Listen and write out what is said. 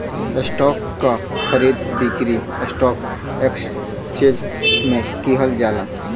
stock क खरीद बिक्री स्टॉक एक्सचेंज में किहल जाला